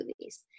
movies